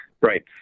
Right